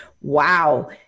wow